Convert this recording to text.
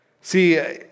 See